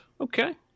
Okay